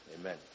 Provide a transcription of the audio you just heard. amen